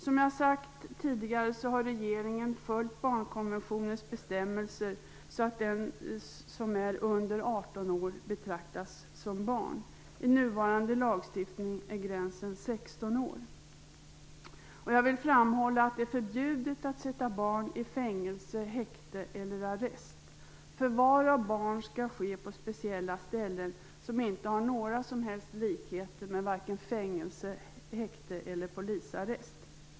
Som jag sagt tidigare har regeringen följt Barnkonventionens bestämmelser att den som är under 18 år betraktas som barn. I nuvarande lagstiftning är gränsen 16 år. Jag vill framhålla att det är förbjudet att sätta barn i fängelse, häkte eller arrest. Förvar av barn skall ske på speciella ställen som inte har några likheter med fängelse, häkte eller polisarrest.